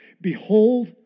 Behold